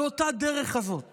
על אותה הדרך הזאת